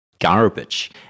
garbage